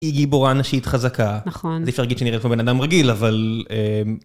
היא גיבורה נשית חזקה. נכון. אז אי אפשר להגיד שהיא נראית כמו בן אדם רגיל, אבל...